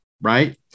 Right